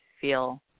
feel